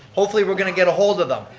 hopefully we're going to get a hold of them.